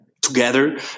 together